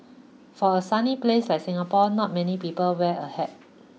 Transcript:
for a sunny place like Singapore not many people wear a hat